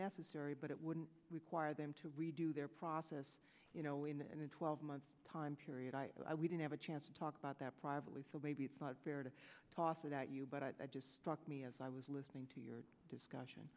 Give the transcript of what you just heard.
necessary but it wouldn't require them to redo their process you know in a twelve month time period we didn't have a chance to talk about that privately so maybe it's not fair to toss it out you but i just struck me as i was listening to your discussion